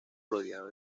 rodeado